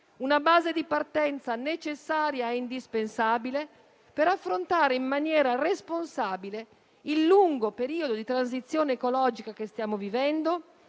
una base di partenza necessaria e indispensabile per affrontare in maniera responsabile il lungo periodo di transizione ecologica che stiamo vivendo